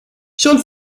schon